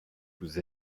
vous